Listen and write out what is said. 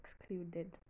excluded